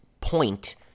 point